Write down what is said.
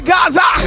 Gaza